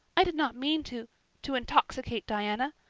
i did not mean to to intoxicate diana.